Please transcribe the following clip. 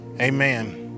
Amen